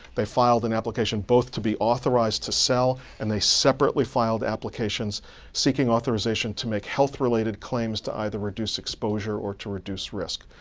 they filed an application application both to be authorized to sell, and they separately filed applications seeking authorization to make health-related claims to either reduce exposure or to reduce risk.